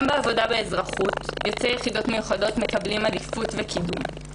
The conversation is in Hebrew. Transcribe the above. גם בעבודה באזרחות יוצאי יחידות מיוחדות מקבלים עדיפות וקידום.